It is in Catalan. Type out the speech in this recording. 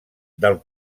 del